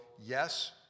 yes